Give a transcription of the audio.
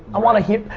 i wanna hear.